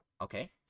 Okay